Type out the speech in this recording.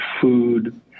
food